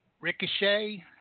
Ricochet